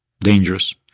Dangerous